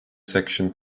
section